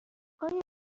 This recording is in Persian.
آیا